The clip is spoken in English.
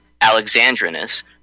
Alexandrinus